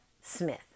Smith